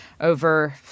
over